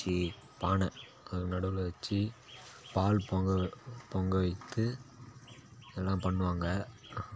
வச்சி பானை அதை நடுவில் வச்சி பால் பொங்க பொங்க வைத்து எல்லாம் பண்ணுவாங்கள்